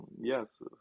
Yes